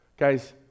Guys